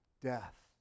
death